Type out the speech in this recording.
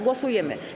Głosujemy.